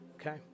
Okay